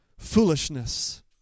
foolishness